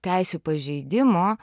teisių pažeidimo